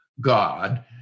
God